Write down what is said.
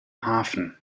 hafen